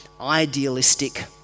idealistic